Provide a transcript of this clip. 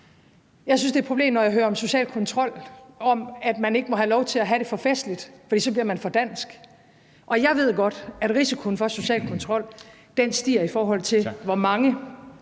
Jeg synes, det er et problem, når jeg hører om social kontrol, og om, at man ikke må have lov til at have det for festligt, fordi så bliver man for dansk. Og jeg ved godt, at risikoen for social kontrol stiger, i forhold til hvor mange